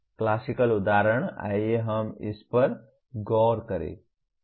classical उदाहरण आइए हम इस पर गौर करें